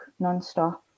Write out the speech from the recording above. nonstop